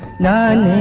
nine